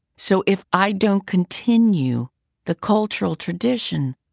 so if i don't continue the cultural tradition,